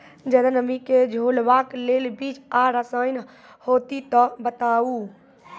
ज्यादा नमी के झेलवाक लेल बीज आर रसायन होति तऽ बताऊ?